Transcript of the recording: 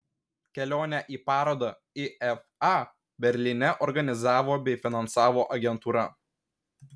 kelionę į parodą ifa berlyne organizavo bei finansavo agentūra